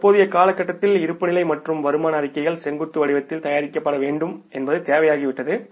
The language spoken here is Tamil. தற்போதைய காலகட்டத்தில் இருப்புநிலைகள் மற்றும் வருமான அறிக்கைகள் செங்குத்து வடிவத்தில் தயாரிக்கப்பட வேண்டும் என்பது தேவையாகிவிட்டது